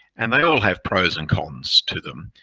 and they all have pros and cons to them.